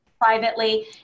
privately